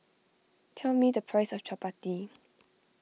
tell me the price of Chapati